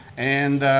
and